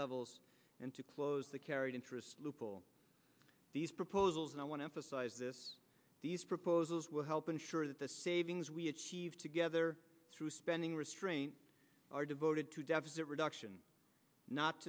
levels and to close the carried interest lupul these proposals and i want to emphasize this these proposals will help ensure that the savings we achieve together through spending restraint are devoted to deficit reduction not